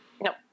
No